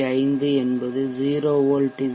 5 என்பது 0 volt we